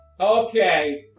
Okay